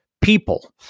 people